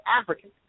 African